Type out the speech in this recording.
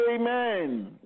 Amen